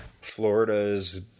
Florida's